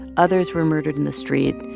others were murdered in the street,